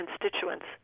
constituents